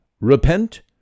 Repent